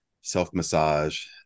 self-massage